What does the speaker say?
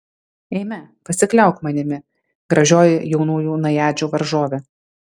eime pasikliauk manimi gražioji jaunųjų najadžių varžove